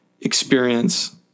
experience